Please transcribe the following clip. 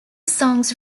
songs